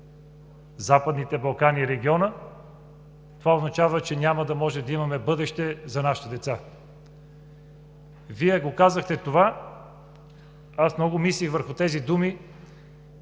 Западните Балкани и региона, това означава, че няма да може да имаме бъдеще за нашите деца. Вие казахте това. Аз много мислих върху тези думи